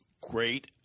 great